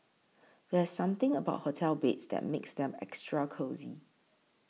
there's something about hotel beds that makes them extra cosy